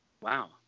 Wow